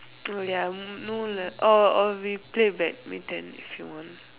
oh ya no leh oh oh we play badminton if you want